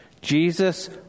Jesus